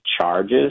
charges